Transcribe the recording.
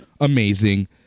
Amazing